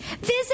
visit